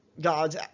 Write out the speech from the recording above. gods